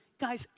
Guys